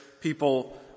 people